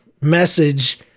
message